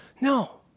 No